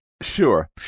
Sure